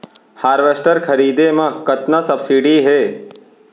Harvester खरीदे म कतना सब्सिडी हे?